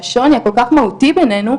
שהשוני הכול כך מהותי ביננו,